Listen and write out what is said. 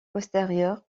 postérieures